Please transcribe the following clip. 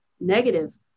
negative